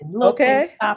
okay